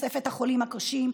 בתוספת החולים הקשים,